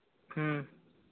ᱦᱮᱸ